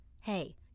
Hey